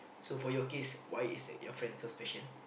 so for your case why is it your friend so special